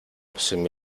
semi